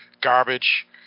garbage